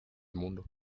mundo